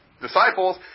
disciples